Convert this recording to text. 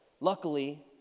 Luckily